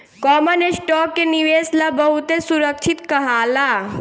common stock के निवेश ला बहुते सुरक्षित कहाला